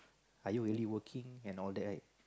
are you really working and all that